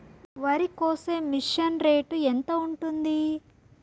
వరికోసే machine rate ఎంత ఉంటుంది?